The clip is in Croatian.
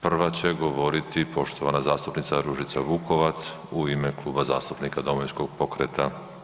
Prva će govoriti poštovana zastupnica Ružica Vukovac u ime Kluba zastupnika Domovinskog pokreta.